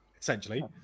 essentially